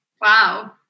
Wow